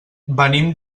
venim